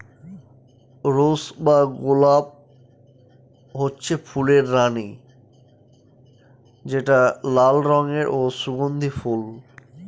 rose বা গলাপ হচ্ছে ফুলের রানী যেটা লাল রঙের ও সুগন্ধি ফুল